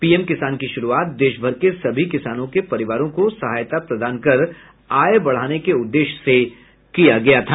PM Kisan की शुरूआत देश भर के सभी किसानों के परिवारों को सहायता प्रदान कर आय बढ़ाने के उद्देश्य से किया गया था